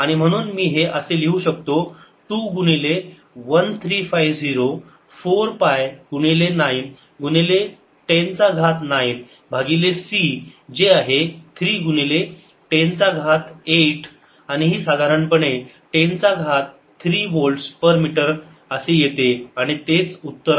आणि म्हणून मी हे असे लिहू शकतो 2 गुणिले 1350 4 पाय गुणिले 9 गुणिले 10 चा घात 9 भागिले c जे आहे 3 गुणिले 10 चा घात 8 आणि ही साधारणपणे 10 चा घात 3 वोल्ट्स पर मीटर असे येते आणि तेच उत्तर आहे